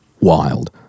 wild